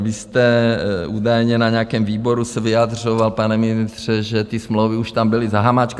Vy jste se údajně na nějakém výboru vyjadřoval, pane ministře, že ty smlouvy už tam byly za Hamáčka.